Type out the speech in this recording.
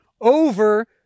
over